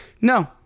No